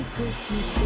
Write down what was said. Christmas